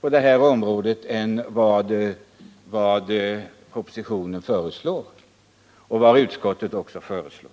på detta område än vad propositionen föreslår och utskottet också föreslagit.